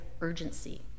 urgency